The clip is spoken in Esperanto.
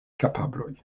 kapabloj